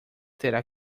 terá